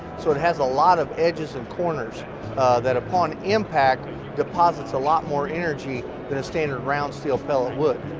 so it has a lot of edges and corners that upon impact deposits a lot more energy than a standard round steel pellet would.